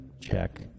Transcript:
check